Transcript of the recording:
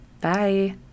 Bye